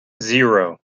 zero